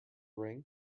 ring